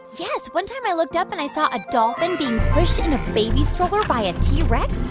yes. one time, i looked up, and i saw a dolphin being pushed in a baby stroller by a t-rex.